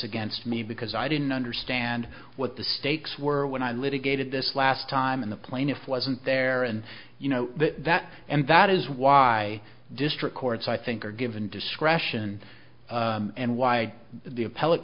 against me because i didn't understand what the stakes were when i litigated this last time and the plaintiff wasn't there and you know that and that is why district courts i think are given discretion and why the